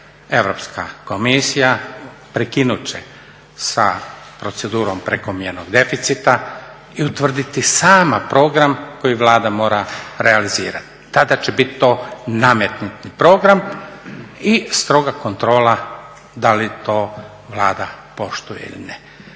Europska komisija prekinut će sa procedurom prekomjernog deficita i utvrditi sama program koji Vlada mora realizirati. Tada će to biti nametnuti program i stroga kontrola da li to Vlada poštuje ili ne.